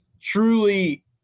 truly